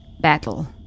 battle